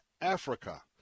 Africa